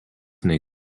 nei